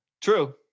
True